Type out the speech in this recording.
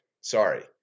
Sorry